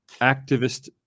activist